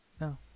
No